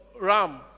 Ram